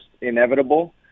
inevitable